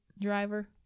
driver